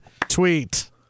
tweet